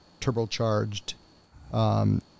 turbocharged